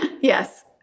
Yes